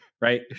Right